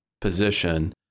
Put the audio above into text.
position